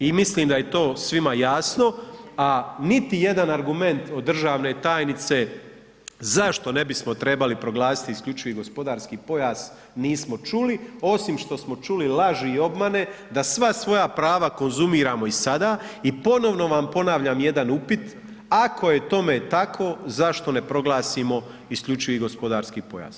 I mislim da je to svima jasno, a niti jedan argument od državne tajnice zašto ne bismo trebali proglasiti isključivi gospodarski pojas nismo čuli, osim što smo čuli laži i obmane da sva svoja prava konzumiramo i sada i ponovno vam ponavljam jedan upit, ako je tome tako, zašto ne proglasimo isključivi gospodarski pojas?